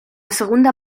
segunda